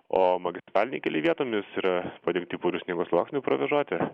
o magistraliniai keliai vietomis yra padengti puriu sniego sluoksniu provėžoti